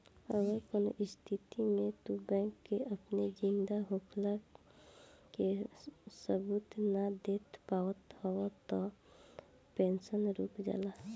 अगर कवनो स्थिति में तू बैंक के अपनी जिंदा होखला कअ सबूत नाइ दे पावत हवअ तअ पेंशन रुक जाला